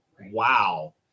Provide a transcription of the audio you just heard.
Wow